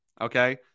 okay